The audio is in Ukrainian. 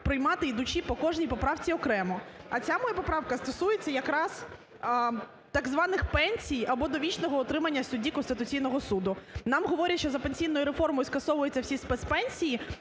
приймати ідучи по кожній поправці окремо. А ця моя поправка стосується якраз так званих пенсій або довічного утримання судді Конституційного суду. Нам говорять, що за пенсійною реформою скасовуються всі спецпенсії,